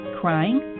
crying